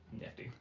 nifty